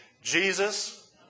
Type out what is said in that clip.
Jesus